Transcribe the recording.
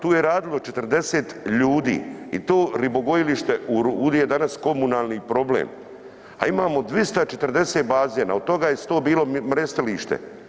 Tu je radilo 40 ljudi i to ribogojilište u Rudi je danas komunalni problem, a imamo 240 bazena od toga je 100 bilo mrestilište.